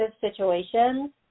situations